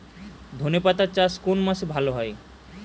ধনেপাতার চাষ কোন মাসে ভালো হয়?